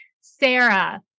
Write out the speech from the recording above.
Sarah